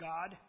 God